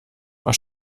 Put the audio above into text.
was